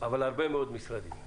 אבל הרבה מאוד משרדים.